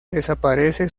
desaparece